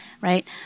right